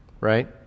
Right